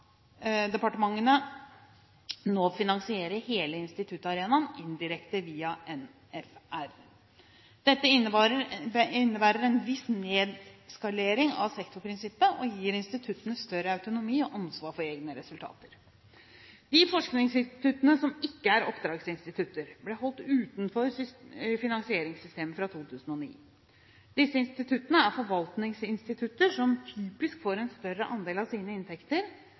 nå finansiere hele instituttarenaen indirekte via Norges forskningsråd – NFR. Dette innebærer en viss nedskalering av sektorprinsippet, og gir instituttene større autonomi og ansvar for egne resultater. De forskningsinstituttene som ikke er oppdragsinstitutter, er holdt utenfor finansieringssystemet fra 2009. Disse instituttene er forvaltningsinstitutter som typisk får en større andel av sine inntekter